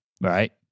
right